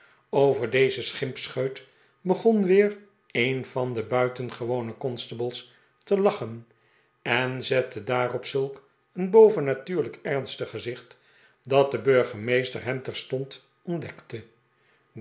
over dezen schimpscheut begon weer een van de buitengewone constables te lachen en zette daarop zulk een bovennatuurlijk ernstig gezicht dat de burgemeester hem terstond ontdekte